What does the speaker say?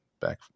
back